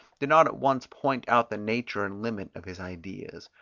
did not at once point out the nature and limits of his ideas.